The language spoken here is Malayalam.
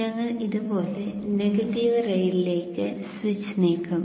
ഞങ്ങൾ ഇതുപോലെ നെഗറ്റീവ് റെയിലിലേക്ക് സ്വിച്ച് നീക്കും